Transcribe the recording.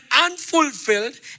unfulfilled